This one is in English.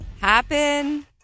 happen